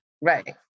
Right